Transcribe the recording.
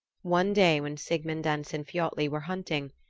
one day when sigmund and sinfiotli were hunting,